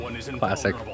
classic